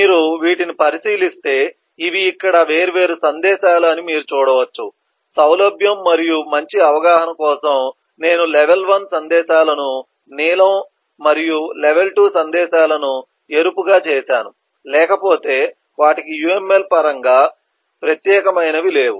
మీరు వీటిని పరిశీలిస్తే ఇవి ఇక్కడ వేర్వేరు సందేశాలు అని మీరు చూడవచ్చు సౌలభ్యం మరియు మంచి అవగాహన కోసం నేను లెవెల్ 1 సందేశాలను నీలం మరియు లెవెల్ 2 సందేశాలను ఎరుపుగా చేసాను లేకపోతే వాటికి UML పరంగా ప్రత్యేకమైనవి లేవు